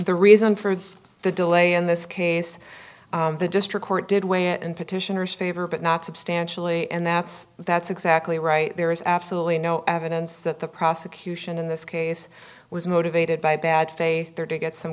the reason for the delay in this case the district court did weigh it in petitioners favor but not substantially and that's that's exactly right there is absolutely no evidence that the prosecution in this case was motivated by bad faith to get some